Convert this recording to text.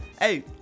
Hey